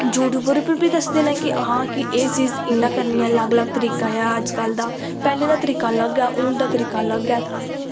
YouTube उप्पर बी दसदे न कि हां एह् चीज़ इ'यां करनी ऐ अलग अलग तरीका ऐ अज्ज कल दा पैह्लें दा तरीका अलग ऐ हून दा तरीक अलग ऐ